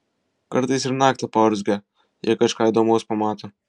kartais ir naktį paurzgia jei kažką įdomaus pamato